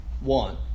one